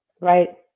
Right